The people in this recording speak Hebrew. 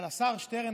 השר שטרן,